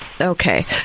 Okay